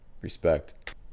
respect